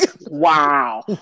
Wow